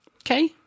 Okay